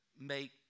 make